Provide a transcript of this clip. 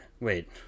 wait